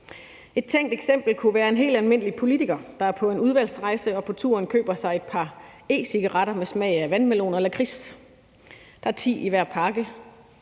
Et tænkt eksempel kunne være en helt almindelig politiker, der er på en udvalgsrejse og på turen køber sig et par e-cigaretter med smag af vandmelon og lakrids. Der er ti i hver pakke.